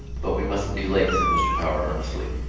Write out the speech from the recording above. but we mustn't be late, said mr. power earnestly,